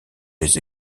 les